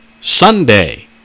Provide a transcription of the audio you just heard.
Sunday